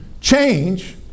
Change